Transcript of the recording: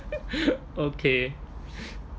okay